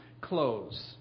close